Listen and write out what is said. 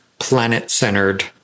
planet-centered